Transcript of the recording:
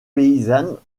paysannes